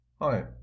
Hi